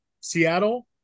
Seattle